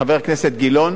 חבר הכנסת גילאון,